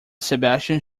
sebastian